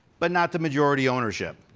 but not the majority ownership.